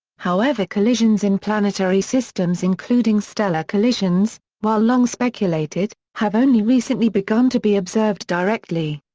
however collisions in planetary systems including stellar collisions, while long speculated, have only recently begun to be observed directly.